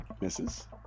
misses